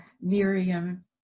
Miriam